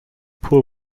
poor